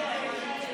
הלב של